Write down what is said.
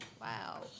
Wow